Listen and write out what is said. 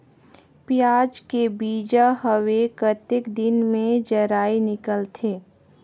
पियाज के बीजा हवे कतेक दिन मे जराई निकलथे?